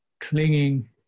clinging